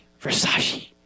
Versace